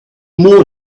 more